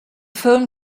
phone